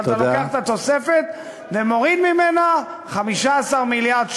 אבל אתה לוקח את התוספת ומוריד ממנה 15 מיליארד שקל.